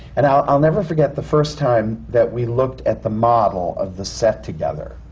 and i'll i'll never forget the first time that we looked at the model of the set together.